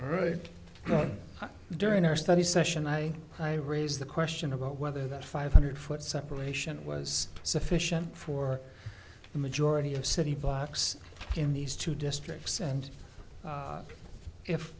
right during our study session i i raise the question about whether that five hundred foot separation was sufficient for the majority of city blocks in these two districts and